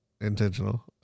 intentional